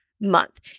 month